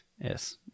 Yes